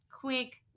quick